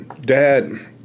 dad